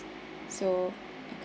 so